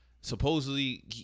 supposedly